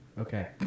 Okay